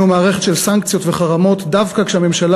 מערכת של סנקציות וחרמות דווקא כשהממשלה,